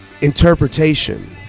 Interpretation